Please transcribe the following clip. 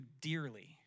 dearly